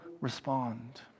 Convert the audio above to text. respond